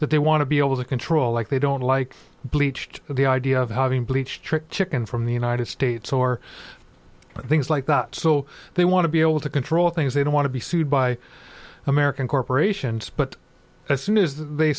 that they want to be able to control like they don't like bleached the idea of having bleach tricked chicken from the united states or but things like that so they want to be able to control things they don't want to be sued by american corporations but as soon as the